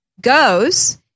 goes